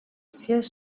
siège